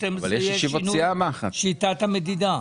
ב-12:00 יש את שינוי שיטת המדידה.